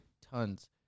tons